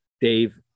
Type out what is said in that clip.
Dave